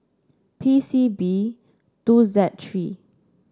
P C B two Z three